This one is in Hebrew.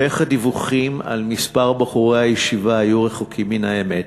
ואיך הדיווחים על מספר בחורי הישיבה היו רחוקים מן האמת,